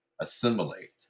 assimilate